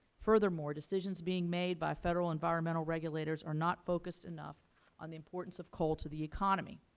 furthermore, decisions being made by federal environmental regulators are not focused enough on the importance of coal to the economy.